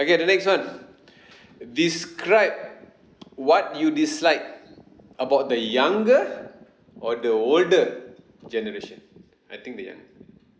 okay the next one describe what you dislike about the younger or the older generation I think the young